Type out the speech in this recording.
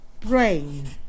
brain